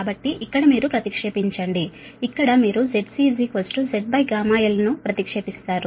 కాబట్టి ఇక్కడ మీరు ప్రతిక్షేపించండి ఇక్కడ మీరు ZC Zγl ను ప్రతిక్షేపిస్తారు